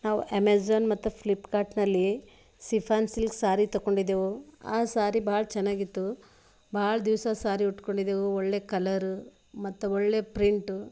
ನಾವು ಎಮೆಜಾನ್ ಮತ್ತು ಫ್ಲಿಪ್ಕಾರ್ಟ್ನಲ್ಲಿ ಸಿಫಾನ್ ಸಿಲ್ಕ್ ಸಾರಿ ತೊಕೊಂಡಿದ್ದೆವು ಆ ಸಾರಿ ಭಾಳ ಚೆನ್ನಾಗಿತ್ತು ಭಾಳ ದಿವಸ ಸಾರಿ ಉಟ್ಕೊಂಡಿದ್ದೆವು ಒಳ್ಳೆ ಕಲರ ಮತ್ತು ಒಳ್ಳೆ ಪ್ರಿಂಟು